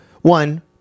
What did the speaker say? one